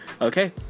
Okay